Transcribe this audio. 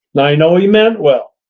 i know he meant well,